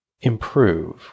improve